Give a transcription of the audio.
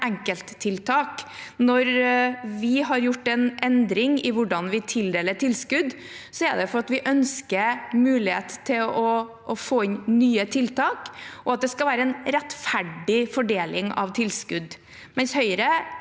enkelttiltak. Når vi har gjort en endring i hvordan vi tildeler tilskudd, er det fordi vi ønsker mulighet til å få inn nye tiltak og at det skal være en rettferdig fordeling av tilskudd, mens Høyre